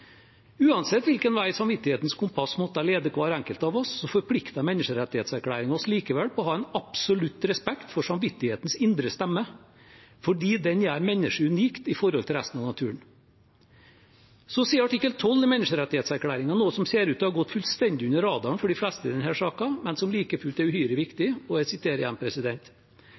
Uansett hvilken vei samvittighetens kompass måtte lede hver enkelt av oss, forplikter menneskerettighetserklæringen oss likevel til å ha en absolutt respekt for samvittighetens indre stemme – fordi den gjør mennesket unikt i forhold til resten av naturen. Så sier artikkel 12 i menneskerettighetserklæringen noe som ser ut til å ha gått fullstendig under radaren for de fleste i denne saken, men som like fullt er uhyre viktig: «Ingen må utsettes for vilkårlig innblanding i privatliv, familie, hjem og